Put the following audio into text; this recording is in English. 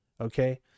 okay